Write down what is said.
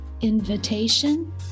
invitation